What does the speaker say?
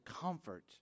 comfort